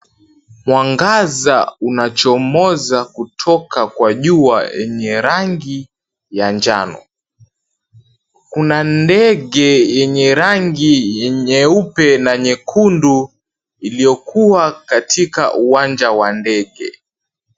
Mwangaza unachomoza kutoka kwa jua yenye rangi ya njano, Kuna ndege yenye rangi nyeupe na nyekundu iliyokuwa katika uwanja wa ndege.